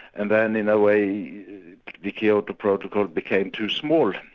and then in a way the kyoto protocol became too small,